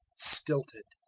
stilted.